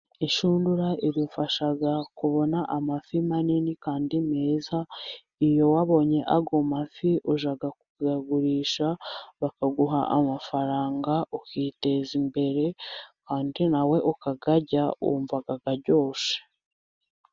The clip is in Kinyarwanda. Inshundura idufasha kubona amafi manini kandi meza, iyo wabonye ayo mafi, ujya kuyagurisha bakaguha amafaranga ukiteza imbere, kandi nawe ukayarya ukumva aryoshye.